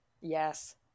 yes